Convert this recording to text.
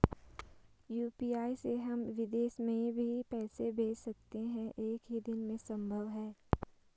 UPI से हम विदेश में भी पैसे भेज सकते हैं एक ही दिन में संभव है?